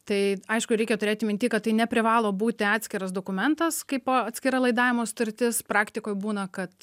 tai aišku reikia turėti minty kad tai neprivalo būti atskiras dokumentas kaipo atskira laidavimo sutartis praktikoj būna kad